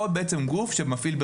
בעצם כל גוף שמפעיל ברישיון.